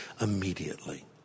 immediately